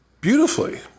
beautifully